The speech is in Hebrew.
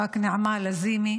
חברת הכנסת נעמה לזימי,